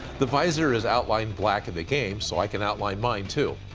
the visor is outlined black of the game, so i can outline mine too.